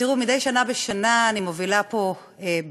תראו, מדי שנה בשנה אני מובילה פה בכנסת,